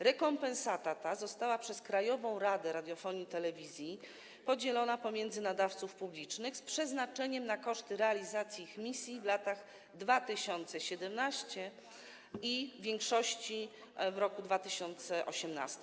Rekompensata ta została przez Krajową Radę Radiofonii i Telewizji podzielona pomiędzy nadawców publicznych z przeznaczeniem na koszty realizacji ich misji w roku 2017 i, w większości, w roku 2018.